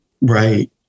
Right